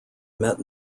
met